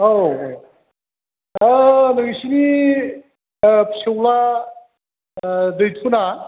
औ नोंसोरनि फिसौज्ला दैथुना